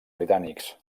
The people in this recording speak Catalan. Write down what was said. britànics